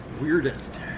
Weirdest